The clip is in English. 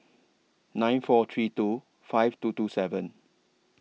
nine four three two five two two seven